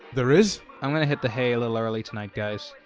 there is? i'm gonna hit the hay a little early tonight, guys.